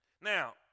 Now